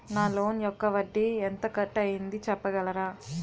నా లోన్ యెక్క వడ్డీ ఎంత కట్ అయిందో చెప్పగలరా?